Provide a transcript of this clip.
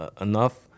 enough